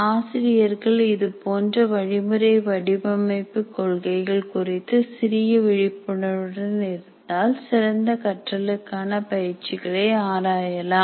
ஆசிரியர்கள் இதுபோன்ற வழிமுறை வடிவமைப்பு கொள்கைகள் குறித்து சிறிது விழிப்புணர்வுடன் இருந்தால் சிறந்த கற்றலுக்கான பயிற்சிகளை ஆராயலாம்